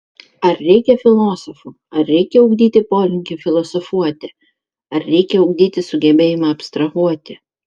ar reikia filosofų ar reikia ugdyti polinkį filosofuoti ar reikia ugdyti sugebėjimą abstrahuoti